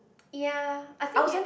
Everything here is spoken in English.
ya I think you